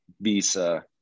visa